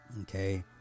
Okay